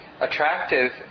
attractive